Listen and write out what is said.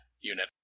unit